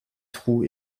trous